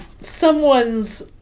someone's